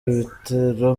ibitero